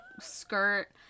skirt